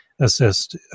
assist